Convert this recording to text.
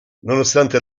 nonostante